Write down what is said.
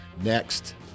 next